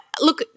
look